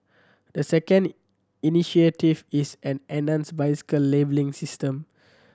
the second initiative is an enhanced bicycle labelling system